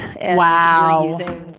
Wow